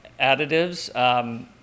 additives